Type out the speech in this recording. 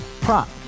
Prop